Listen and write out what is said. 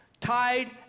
tied